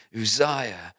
Uzziah